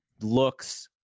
looks